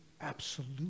absolute